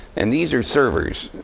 and these are servers,